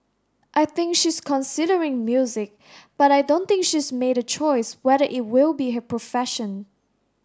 I think she's considering music but I don't think she's made a choice whether it will be her profession